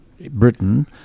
Britain